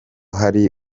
hari